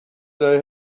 they